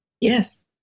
Yes